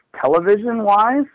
television-wise